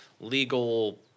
legal